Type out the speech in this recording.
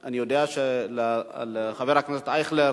אני יודע שלחבר הכנסת אייכלר